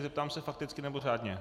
Zeptám se fakticky, nebo řádně?